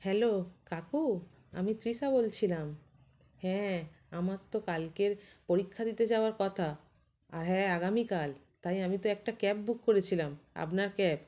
hello কাকু আমি তৃষা বলছিলাম হ্যাঁ আমার তো কালকের পরীক্ষা দিতে যাওয়ার কথা আর হ্যাঁ আগামীকাল তাই আমি তো একটা ক্যাব বুক করেছিলাম আপনার ক্যাব